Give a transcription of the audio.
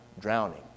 drowning